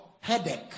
headache